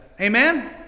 amen